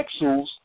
pixels